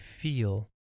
feel